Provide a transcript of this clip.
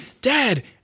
Dad